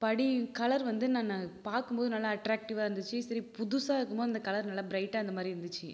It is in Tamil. படி கலர் வந்து நான் பார்க்கும்போது நல்லா அட்ராக்டிவ்வாக இருந்துச்சு சரி புதுசாக இருக்கும் போது அந்த கலர் நல்லா ப்ரைட்டாக இருந்த மாதிரி இருந்துச்சு